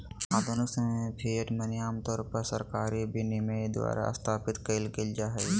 आधुनिक समय में फिएट मनी आमतौर पर सरकारी विनियमन द्वारा स्थापित कइल जा हइ